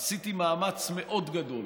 עשיתי מאמץ מאוד גדול